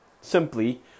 simply